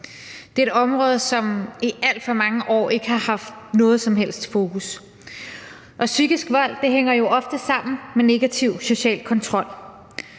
Det er et område, som i alt for mange år ikke har haft noget som helst fokus. Psykisk vold hænger jo ofte sammen med negativ social kontrol,